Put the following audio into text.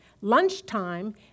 lunchtime